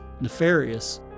nefarious